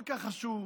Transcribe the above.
כל כך חשוב,